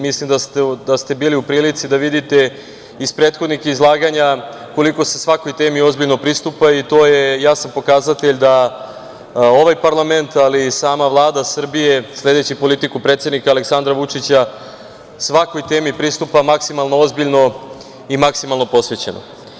Mislim da ste bili u prilici da vidite iz prethodnih izlaganja koliko se svakoj temi ozbiljno pristupa i to je jasan pokazatelj da ovaj parlament, ali i sama Vlada Srbije, sledeći politiku predsednika Aleksandra Vučića, svakoj temi pristupa maksimalno ozbiljno i maksimalno posvećeno.